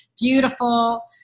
beautiful